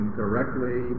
directly